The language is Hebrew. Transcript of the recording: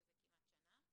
שזה כמעט שנה,